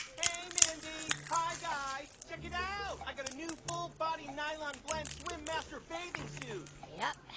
hey, mindy. hi, guy. check it out i got a new full-body, nylon blend, swim master bathing suit yep,